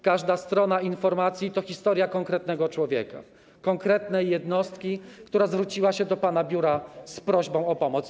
Każda strona informacji to historia konkretnego człowieka, konkretnej jednostki, która zwróciła się do pana biura z prośbą o pomoc.